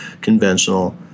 conventional